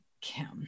Kim